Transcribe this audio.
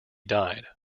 died